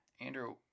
Andrew